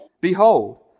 Behold